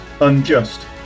unjust